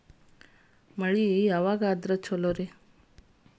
ಮಳಿ ಯಾವಾಗ ಆದರೆ ಛಲೋ?